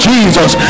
Jesus